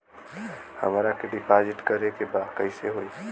हमरा के डिपाजिट करे के बा कईसे होई?